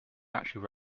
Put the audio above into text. actually